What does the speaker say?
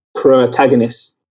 protagonist